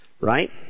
right